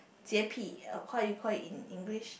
洁癖 how you call it in English